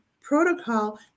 protocol